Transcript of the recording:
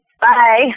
Bye